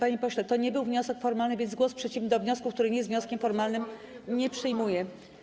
Panie pośle, to nie był wniosek formalny, więc głosu przeciwnego wobec wniosku, który nie jest wnioskiem formalnym, nie przyjmuję.